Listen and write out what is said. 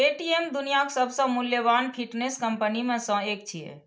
Paytm दुनियाक सबसं मूल्यवान फिनटेक कंपनी मे सं एक छियै